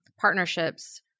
partnerships